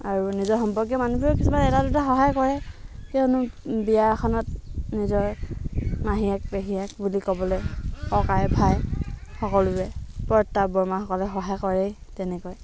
আৰু নিজৰ সম্পৰ্কীয় মানুহবোৰেও কিছুমান এটা দুটা সহায় কৰে কিয়নো বিয়া এখনত নিজৰ মাহীয়েক পেহীয়েক বুলি ক'বলৈ ককাই ভাই সকলোৱে বৰ্তাক বৰ্মাকসকলে সহায় কৰেই তেনেকৈ